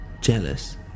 jealous